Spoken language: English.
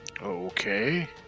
Okay